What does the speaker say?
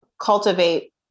cultivate